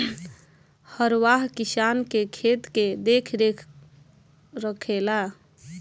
हरवाह किसान के खेत के देखरेख रखेला